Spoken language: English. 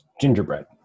gingerbread